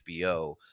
HBO